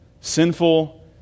sinful